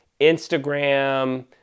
Instagram